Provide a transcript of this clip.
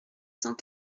cent